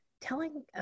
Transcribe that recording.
telling